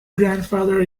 grandfather